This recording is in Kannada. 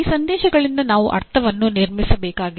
ಈ ಸಂದೇಶಗಳಿಂದ ನಾನು ಅರ್ಥವನ್ನು ನಿರ್ಮಿಸಬೇಕಾಗಿದೆ